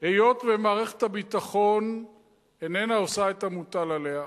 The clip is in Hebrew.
היות שמערכת הביטחון איננה עושה את המוטל עליה,